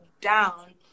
down